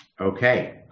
Okay